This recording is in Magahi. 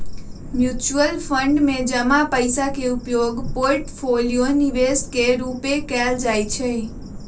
म्यूचुअल फंड में जमा पइसा के उपयोग पोर्टफोलियो निवेश के रूपे कएल जाइ छइ